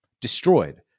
destroyed